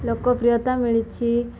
ଲୋକପ୍ରିୟତା ମିଳିଛି